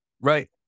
Right